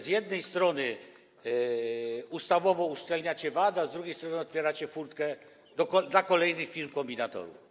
Z jednej strony ustawowo uszczelniacie VAT, a z drugiej strony otwieracie furtkę dla kolejnych firm kombinatorów.